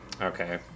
Okay